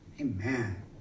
Amen